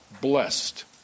blessed